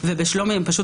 ובשלומי הם פשוט